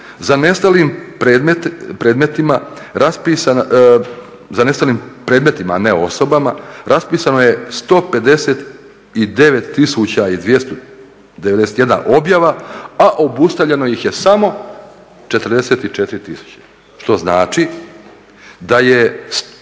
za nestalim predmetima a ne osobama raspisano je 159 tisuća i 291 objava a obustavljeno ih je samo 44 tisuće što znači da je,